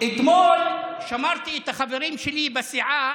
אתמול שמרתי על החברים שלי בסיעה,